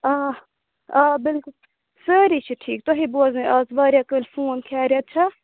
آ آ بِلکُل سٲری چھِ ٹھیٖک تُہی بوزنَے آز واریاہ کٲلۍ فون خیریت چھا